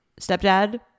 stepdad